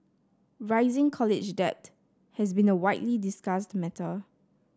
rising college debt has been a widely discussed matter